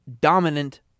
dominant